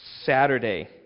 Saturday